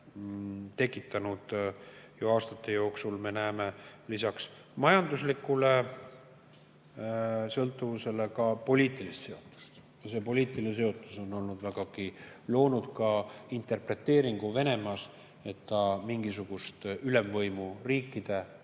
tekitanud ju aastate jooksul, me näeme, lisaks majanduslikule sõltuvusele ka poliitilist seotust. See poliitiline seotus on loonud ka interpreteeringu Venemaast, et ta mingisugust ülemvõimu riikide